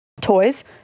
toys